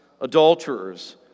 adulterers